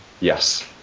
Yes